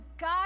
God